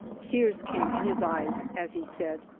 tears came in his eyes as he said,